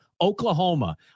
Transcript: Oklahoma